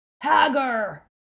Hagger